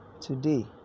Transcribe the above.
Today